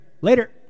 Later